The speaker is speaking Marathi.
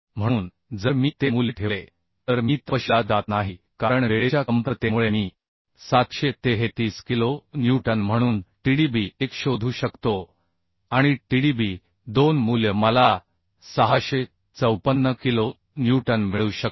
म्हणून जर मी ते मूल्य ठेवले तर मी तपशीलात जात नाही कारण वेळेच्या कमतरतेमुळे मी 733 किलो न्यूटन म्हणून Tdb1 शोधू शकतो आणि Tdb 2 मूल्य मला 654 किलो न्यूटन मिळू शकते